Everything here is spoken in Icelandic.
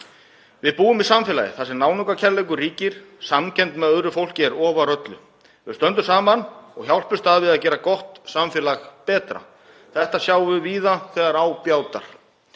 Við búum í samfélagi þar sem náungakærleikur ríkir og samkennd með öðru fólki er ofar öllu. Við stöndum saman og hjálpumst að við að gera gott samfélag betra. Þetta sjáum við víða þegar á bjátar.